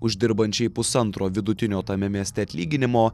uždirbančiai pusantro vidutinio tame mieste atlyginimo